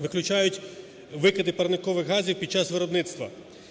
виключають викиди парникових газів під час виробництва.